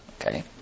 Okay